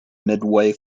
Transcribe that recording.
midway